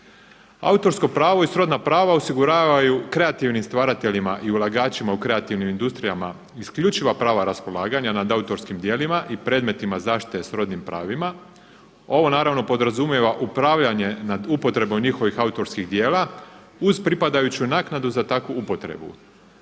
Autorsko pravo i srodna prava osiguravaju kreativnim stvarateljima i ulagačima u kreativnim industrijama isključiva prava raspolaganja nad autorskim djelima i predmetima zaštite srodnim pravima. Ovo naravno podrazumijeva upravljanje nad upotrebom njihovih autorskih djela uz pripadajuću naknadu za takvu upotrebu.